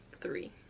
three